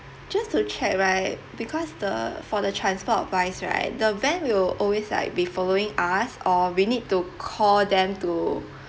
just to check right because the for the transport wise right the van will always like be following us or we need to call them to